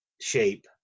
shape